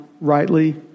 rightly